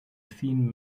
thin